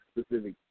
specific